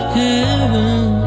heaven